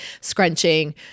scrunching